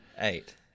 eight